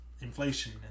inflation